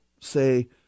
say